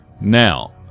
Now